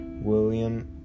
William